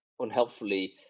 unhelpfully